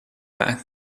back